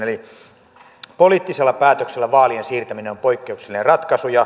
eli poliittisella päätöksellä vaalien siirtäminen on poikkeuksellinen ratkaisu